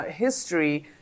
history